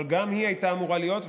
אבל גם היא הייתה אמורה להיות,